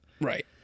Right